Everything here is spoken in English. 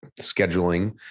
scheduling